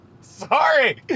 Sorry